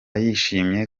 yishimye